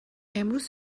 امروز